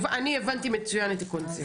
אני הבנתי מצוין את הקונספט.